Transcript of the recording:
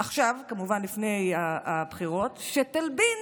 עכשיו, כמובן, לפני הבחירות, שתלבין